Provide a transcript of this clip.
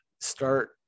start